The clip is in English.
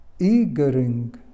eagering